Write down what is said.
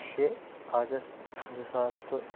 شےٚ اَگست زٕ ساس تہٕ